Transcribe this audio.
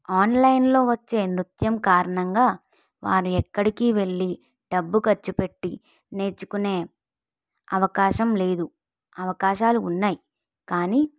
ఆన్లైలో వచ్చే నృత్యం కారణంగా వారు ఎక్కడికి వెళ్ళి డబ్బు ఖర్చు పెట్టి నేర్చుకునే అవకాశం లేదు అవకాశాలు ఉన్నాయి కానీ